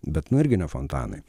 bet nu irgi ne fontanai